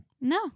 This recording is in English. No